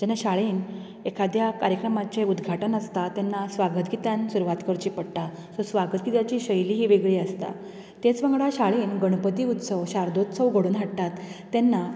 जेन्ना शाळेंत एखाद्या कार्यक्रमांचे उद्घाटन आसता तेन्ना स्वागत गीतान सुरवात करची पडटा स्वागत गिताची शैली वेगळी आसता तेच वांगडा शाळेंत गणपती उत्सव शारदोत्सव घडोवन हाडटात तेन्ना